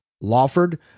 Lawford